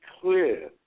clear